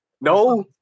No